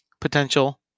potential